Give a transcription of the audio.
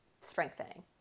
strengthening